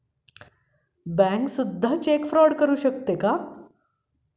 Bank सुद्धा check fraud करू शकते का?